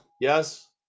Yes